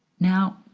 now,